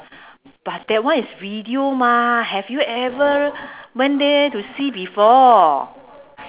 but that one is video mah have you ever went there to see before